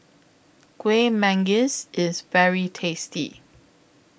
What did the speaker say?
Kueh Manggis IS very tasty